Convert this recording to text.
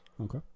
Okay